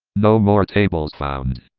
no more tables found